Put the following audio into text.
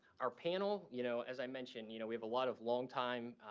our panel you know, as i mentioned, you know, we have a lot of longtime,